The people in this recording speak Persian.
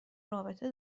رابطه